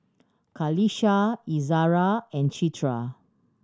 Qalisha Izzara and Citra